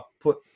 put